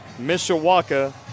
Mishawaka